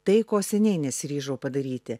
tai ko seniai nesiryžau padaryti